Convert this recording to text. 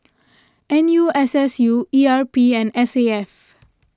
N U S S U E R P and S A F